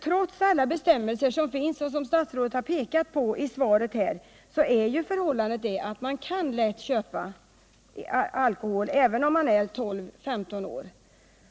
Trots alla bestämmelser som finns och som statsrådet har pekat på i svaret är ju förhållandet att man lätt kan köpa alkohol, även om man är 12-15 år.